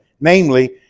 namely